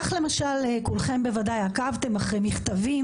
כך למשל כולכם בוודאי עקבתם אחרי מכתבים